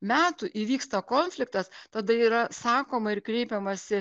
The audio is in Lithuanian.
metų įvyksta konfliktas tada yra sakoma ir kreipiamasi